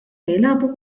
jilagħbu